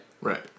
right